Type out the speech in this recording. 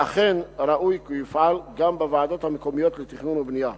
ואכן ראוי כי יופעל גם בוועדות המקומיות לתכנון ובנייה.